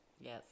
Yes